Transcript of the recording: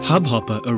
Hubhopper